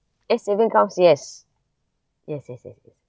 eh saving accounts yes yes yes yes